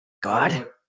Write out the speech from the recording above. God